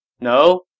No